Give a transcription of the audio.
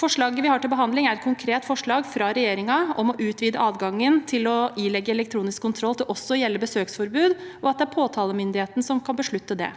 Forslaget vi har til behandling, er et konkret forslag fra regjeringen om å utvide adgangen til å ilegge elektronisk kontroll til også å gjelde besøksforbud, og at det er påtalemyndigheten som kan beslutte det.